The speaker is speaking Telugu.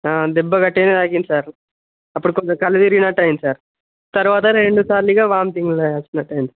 దెబ్బ గట్టిగానే తాకింది సార్ అప్పుడు కొంచం కళ్ళు తిరిగినట్టు అయింది సార్ తరువాత రెండుసార్లు ఇక వామితింగ్ వస్తునట్టు అయింది